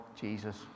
Jesus